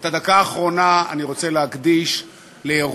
את הדקה האחרונה אני רוצה להקדיש לאירוע